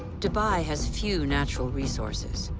dubai has few natural resources,